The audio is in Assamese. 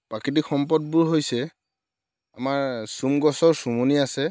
প্ৰাকৃতিক সম্পদবোৰ হৈছে আমাৰ চোম গছৰ চোমনি আছে